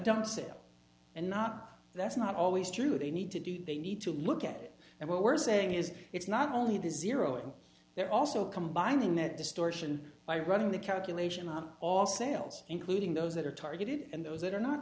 advances and not that's not always true they need to do they need to look at it and what we're saying is it's not only the zero and they're also combining that distortion by running the calculation of all sales including those that are targeted and those that are not